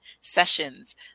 sessions